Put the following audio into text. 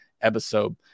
episode